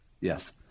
Yes